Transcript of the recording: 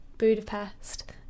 Budapest